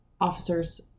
officers